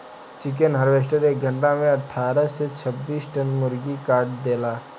chicken harvester एक घंटा में अठारह से छब्बीस टन मुर्गा काट देला